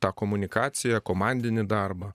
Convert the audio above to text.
tą komunikaciją komandinį darbą